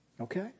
Okay